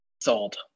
Sold